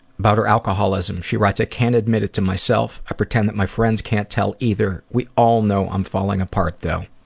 about her alcoholism. she writes, i can't admit it to myself. i pretend that my friends can't tell either. we all know i'm falling apart though.